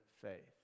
faith